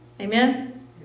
Amen